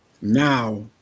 now